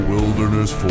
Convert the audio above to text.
Wilderness